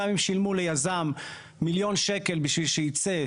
גם אם שילמו ליזם מיליון שקל בשביל שיצא,